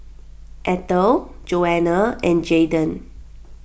Ethel Joana and Jayden